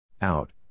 Out